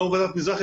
לאור ועדת מזרחי,